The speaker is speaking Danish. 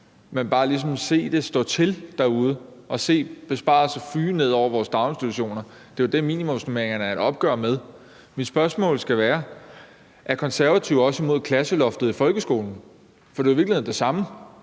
lade det stå til derude og se besparelser fyge hen over vores daginstitutioner. Det er jo det, minimumsnormeringerne er et opgør med. Mit spørgsmål skal være: Er Konservative også imod klasseloftet i folkeskolen? For det er jo i virkeligheden det samme